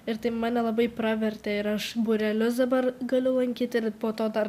ir tai mane labai pravertė ir aš būrelius dabar galiu lankyt ir po to dar